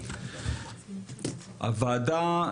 הוועדה,